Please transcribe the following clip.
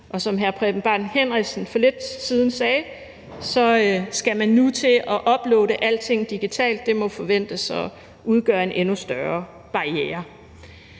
Og som hr. Preben Bang Henriksen for lidt siden sagde, skal man nu til at uploade alting digitalt, og det må forventes at udgøre en endnu større barriere.